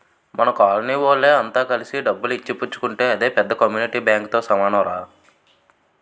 మన కోలనీ వోళ్ళె అంత కలిసి డబ్బులు ఇచ్చి పుచ్చుకుంటే అదే పెద్ద కమ్యూనిటీ బాంకుతో సమానంరా